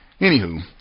Anywho